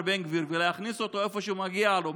בן גביר ולהכניס אותו לאיפה שמגיע לו,